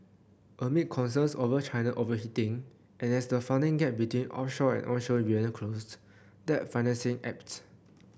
amid concerns over China overheating and as funding gap between offshore and onshore yuan closes that financing ebbs